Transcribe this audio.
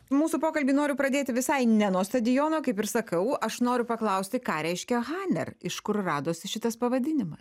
mūsų pokalbį noriu pradėti visai ne nuo stadiono kaip ir sakau aš noriu paklausti ką reiškia haner iš kur radosi šitas pavadinimas